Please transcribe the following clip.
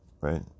right